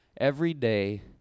everyday